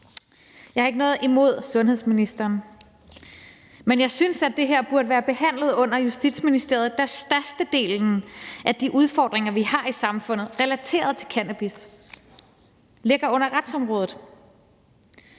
Jeg har ikke noget imod sundhedsministeren, men jeg synes, at det her burde være behandlet under Justitsministeriet, da størstedelen af de udfordringer, vi har i samfundet, relateret til cannabis, ligger under retsområdet.